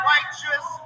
Righteous